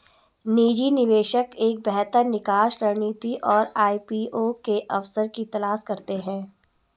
निजी निवेशक एक बेहतर निकास रणनीति और आई.पी.ओ के अवसर की तलाश करते हैं